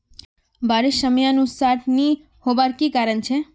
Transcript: बारिश समयानुसार नी होबार की कारण छे?